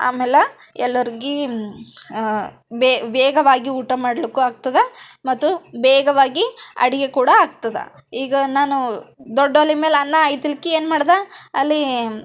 ಆಮ್ಯಾಲ ಎಲ್ಲಾರಿಗೆ ಬೆ ವೇಗವಾಗಿ ಊಟ ಮಾಡ್ಲಿಕ್ಕೂ ಆಗ್ತಾದ ಮತ್ತು ಬೇಗವಾಗಿ ಅಡುಗೆ ಕೂಡ ಆಗ್ತದೆ ಈಗ ನಾನು ದೊಡ್ಡ ಒಲೆ ಮ್ಯಾಲ ಅನ್ನ ಆಯ್ತ್ಲಿಕ್ಕಿ ಏನು ಮಾಡ್ದ ಅಲ್ಲಿ